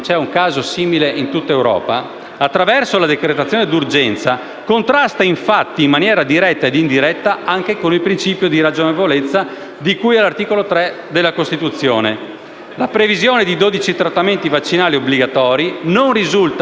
La previsione di dodici trattamenti vaccinali obbligatori non risulta proporzionato né al risultato annunciato, né al fine perseguito dal legislatore. Peraltro i presupposti costituzionali per la emanazione